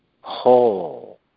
Whole